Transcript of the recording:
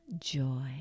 Joy